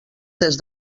des